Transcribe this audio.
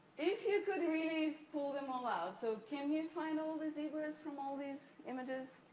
if you could really pull them all out. so, can you find all the zebras from all these images?